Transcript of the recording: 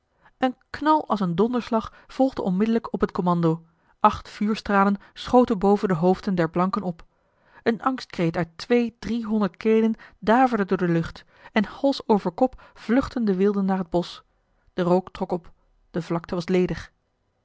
een knal als een donderslag volgde onmiddellijk op het kommando acht vuurstralen schoten boven de hoofden der blanken op een angstkreet uit twee driehonderd kelen daverde door de lucht en hals over kop vluchtten de wilden naar het bosch de rook trok op de vlakte was ledig